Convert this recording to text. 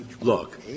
look